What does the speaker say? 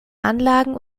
anlagen